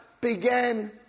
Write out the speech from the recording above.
began